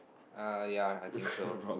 uh ya I think so